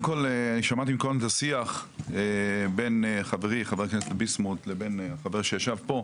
שמעתי מקודם את השיח בין חברי חבר הכנסת ביסמוט לבין החבר שישב פה.